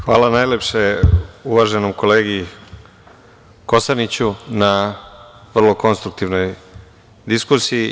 Hvala najlepše, uvaženom kolegi Kosaniću, na vrlo konstruktivnoj diskusiji.